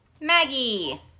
Maggie